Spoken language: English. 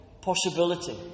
possibility